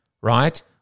right